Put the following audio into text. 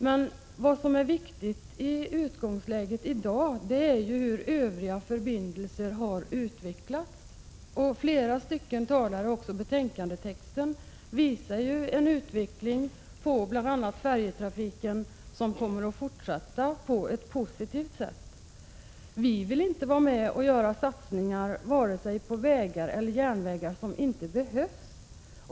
Men vad som är viktigt i utgångsläget i dag är ju hur övriga förbindelser har utvecklats. Flera talare har framhållit och även texten i betänkandet visar att bl.a. färjetrafiken kommer att utvecklas positivt. Vi vill inte vara med och satsa på vare sig vägar eller järnvägar som inte behövs.